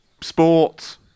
sports